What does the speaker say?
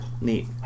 Neat